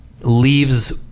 leaves